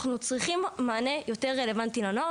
אנחנו צריכים מענה יותר רלוונטי לבני נוער,